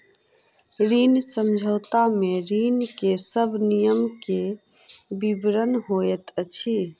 ऋण समझौता में ऋण के सब नियम के विवरण होइत अछि